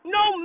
no